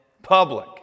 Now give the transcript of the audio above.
Public